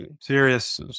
serious